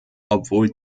obwohl